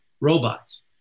robots